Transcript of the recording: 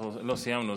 אנחנו סיימנו.